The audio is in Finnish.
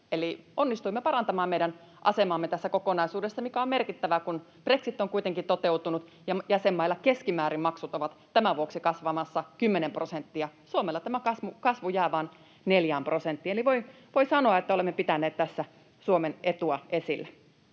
Eli onnistuimme parantamaan meidän asemaamme tässä kokonaisuudessa, mikä on merkittävää, kun brexit on kuitenkin toteutunut ja jäsenmailla keskimäärin maksut ovat tämän vuoksi kasvamassa kymmenen prosenttia. Suomella tämä kasvu jää vain neljään prosenttiin. Eli voi sanoa, että olemme pitäneet tässä Suomen etua esillä.